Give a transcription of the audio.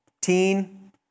teen